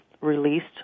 released